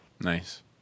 Nice